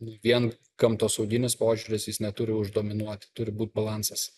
vien gamtosauginis požiūris jis neturi už dominuoti turi būt balansas